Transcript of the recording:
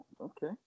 okay